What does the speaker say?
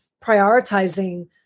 prioritizing